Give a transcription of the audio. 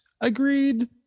Agreed